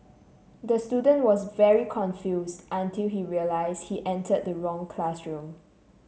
the student was very confused until he realised he entered the wrong classroom